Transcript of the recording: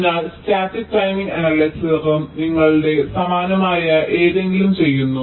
അതിനാൽ static timing അനലൈസറിലും നിങ്ങൾ സമാനമായ എന്തെങ്കിലും ചെയ്യുന്നു